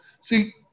See